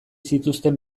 zituzten